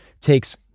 takes